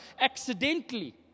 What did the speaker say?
accidentally